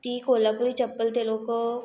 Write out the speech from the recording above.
ती कोल्हापुरी चप्पल ते लोकं